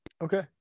okay